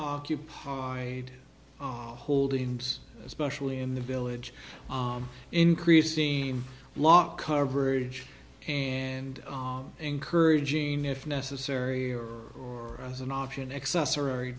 occupied holdings especially in the village increasing lot coverage and encouraging if necessary or or as an option accessory